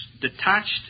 detached